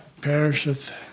perisheth